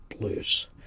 Blues